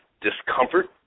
discomfort